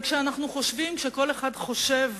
כשאנחנו חושבים, כשכל אחד חושב,